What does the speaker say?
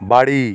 বাড়ি